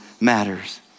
matters